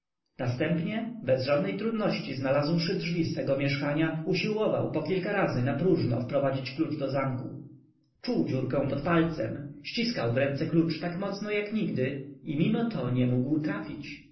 następnie bez żadnej trudności znalazłszy drzwi swego mieszkania usiłował po kilka razy napróżno wprowadzić klucz do zamku czuł dziurkę pod palcem ściskał w ręce klucz tak mocno jak nigdy i mimo to nie mógł trafić